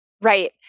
Right